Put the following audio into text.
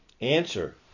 Answer